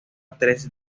tres